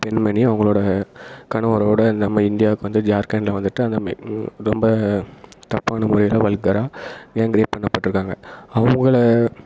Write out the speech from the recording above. பெண்மணி அவங்களோட கணவரோட நம்ம இந்தியாவுக்கு வந்து ஜார்கண்டில் வந்துவிட்டு அந்த மே ரொம்ப தப்பான முறையில் வல்கராக கேங் ரேப் பண்ணப்பட்டுருக்காங்க அவங்கள